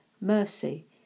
mercy